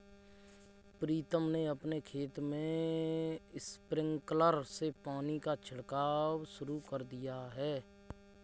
प्रीतम ने अपने खेत में स्प्रिंकलर से पानी का छिड़काव शुरू कर दिया है